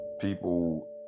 People